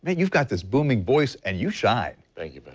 but you've got this booming voice and you shine. thank you. but